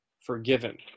forgiven